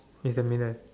it's a middle